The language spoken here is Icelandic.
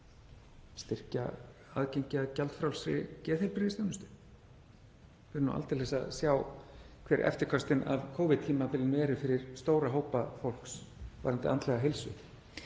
styrkja aðgengi að gjaldfrjálsri geðheilbrigðisþjónustu. Við erum nú aldeilis að sjá hver eftirköstin af Covid-tímabilinu eru fyrir stóra hópa fólks varðandi andlega heilsu.